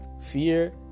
fear